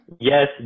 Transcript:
Yes